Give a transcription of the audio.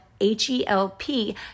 H-E-L-P